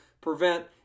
prevent